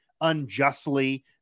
unjustly